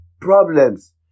problems